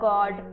God